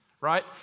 right